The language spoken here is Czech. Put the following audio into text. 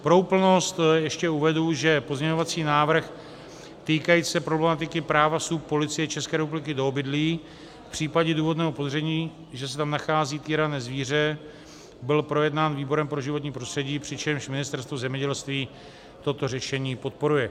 Pro úplnost ještě uvedu, že pozměňovací návrh týkající se problematiky práva vstupu Police ČR do obydlí v případě důvodného podezření, že se tam nachází týrané zvíře, byl projednán výborem pro životní prostředí, přičemž Ministerstvo zemědělství toto řešení podporuje.